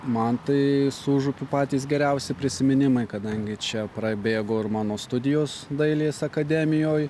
man tai su užupiu patys geriausi prisiminimai kadangi čia prabėgo ir mano studijos dailės akademijoj